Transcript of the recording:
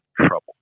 trouble